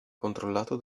controllato